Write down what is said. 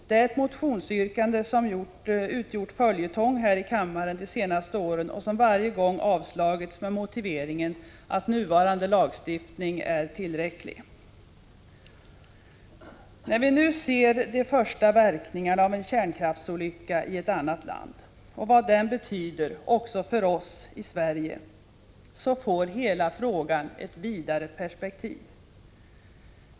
Det är ett motionsyrkande som utgjort följetong här i kammaren de senaste åren och som varje år avslagits med motiveringen att nuvarande lagstiftning är tillräcklig. När vi nu ser de första verkningarna av en kärnkraftsolycka i ett annat land och vad den betyder också för oss i Sverige, får hela frågen ett vidare perspektiv.